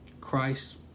Christ